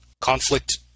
conflict